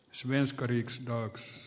svenska yks kaks